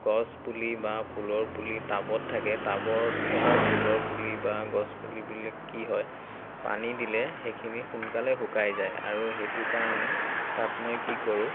গছপুলি বা ফুলৰ পুলি টাবত থাকে টাবত থকা ফুলৰ পুলি বা গছপুলিবিলাক কি হয় পানী দিলে সেইখিনি সোনকালে শুকাই যায় আৰু সেইটো কাৰণে তাত মই কি কৰোঁ